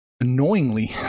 annoyingly